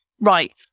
right